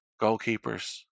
goalkeepers